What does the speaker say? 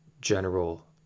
general